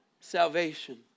salvation